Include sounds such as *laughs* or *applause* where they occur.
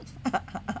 *laughs*